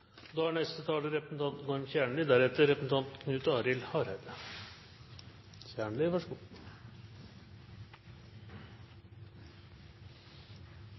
Da er neste taler representanten Knut Arild Hareide,